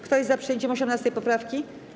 Kto jest za przyjęciem 18. poprawki?